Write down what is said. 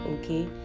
Okay